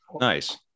Nice